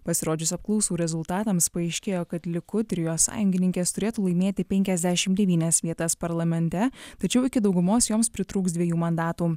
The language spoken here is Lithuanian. pasirodžius apklausų rezultatams paaiškėjo kad likud ir jo sąjungininkės turėtų laimėti penkiasdešim devynias vietas parlamente tačiau iki daugumos joms pritrūks dviejų mandatų